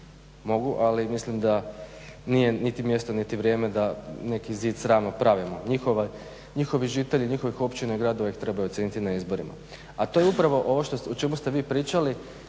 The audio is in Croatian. mogu ali mislim da nije niti mjesto, niti vrijeme da neki sid srama pravimo. Njihovi žitelji njihovih općina i gradova ih trebaju ocijeniti na izborima. A to je upravo ovo o čemu ste vi pričali